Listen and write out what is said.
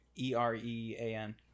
E-R-E-A-N